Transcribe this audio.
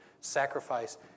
sacrifice